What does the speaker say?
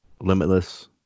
limitless